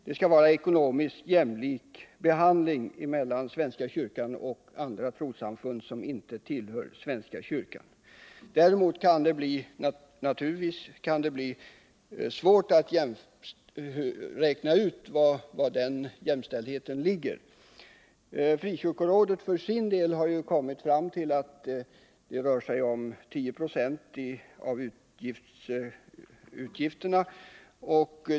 Det skall vara ekonomiskt jämlik behandling av svenska kyrkan och trossamfund som inte tillhör svenska kyrkan. Naturligtvis kan det bli svårt att räkna ut vad den jämställdheten skall innebära. Frikyrkorådet har för sin del kommit fram till att det rör sig om 10 90 av utgifterna.